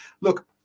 Look